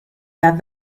that